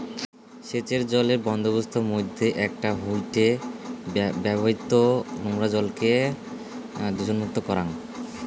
সেচের জলের বন্দোবস্তর মইধ্যে একটা হয়ঠে ব্যবহৃত নোংরা জলকে দূষণমুক্ত করাং